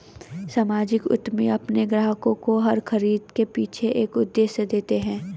सामाजिक उद्यमी अपने ग्राहकों को हर खरीदारी के पीछे एक उद्देश्य देते हैं